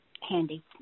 handy